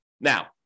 Now